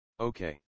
Okay